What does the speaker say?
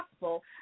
possible